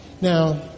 Now